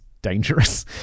dangerous